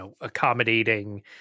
accommodating